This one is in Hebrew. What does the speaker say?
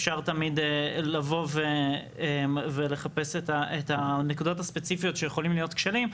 אפשר תמיד לבוא ולחפש את הנקודות הספציפיות שיכולים להיות כשלים,